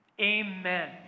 Amen